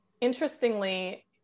Interestingly